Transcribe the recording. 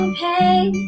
pain